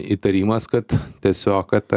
įtarimas kad tiesiog kad